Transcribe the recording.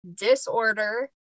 disorder